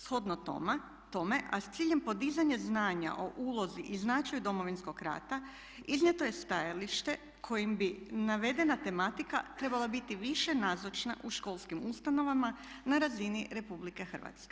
Shodno tome a s ciljem podizanja znanja o ulozi i značaju Domovinskog rata iznijeto je stajalište kojim bi navedena tematika trebala biti više nazočna u školskim ustanovama na razini Republike Hrvatske.